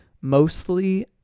mostly